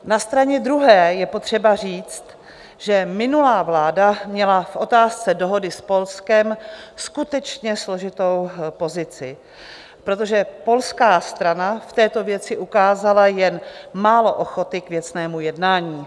Na straně druhé je potřeba říct, že minulá vláda měla v otázce dohody s Polskem skutečně složitou pozici, protože polská strana v této věci ukázala jen málo ochoty k věcnému jednání.